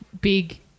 big